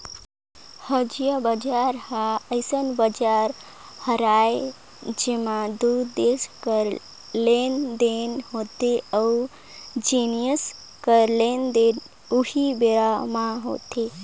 हाजिरी बजार ह अइसन बजार हरय जेंमा दू देस कर लेन देन होथे ओ जिनिस कर लेन देन उहीं बेरा म होथे